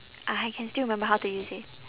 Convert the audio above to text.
ah I can still remember how to use it